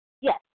Yes